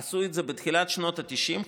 עשו את זה בתחילת שנות התשעים,